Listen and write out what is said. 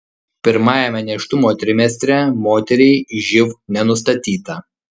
pirmajame nėštumo trimestre moteriai živ nenustatyta